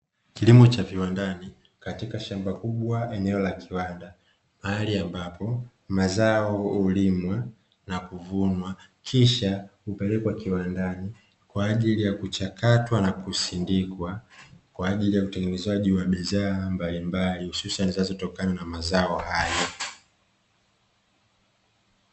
Kilimo cha viwandani katika shamba kubwa eneo la kiwanda, mahali ambako mazao hulimwa na kuvunwa kisha hupelekwa kiwandani kwa ajili ya kuchakatwa na kusindikwa, kwa ajili ya utengenezaji wa bidhaa mbalimbali hususani zinazotokana na mazao hayo.